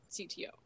CTO